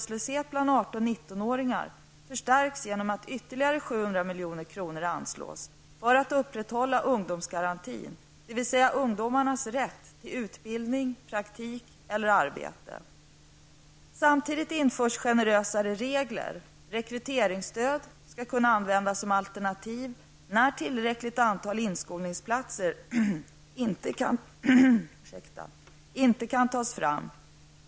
Samtidigt införs generösare regler. Rekryteringsstöd skall kunna användas som alternativ när tillräckligt antal inskolningsplatser inte kan tas fram.